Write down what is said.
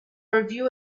review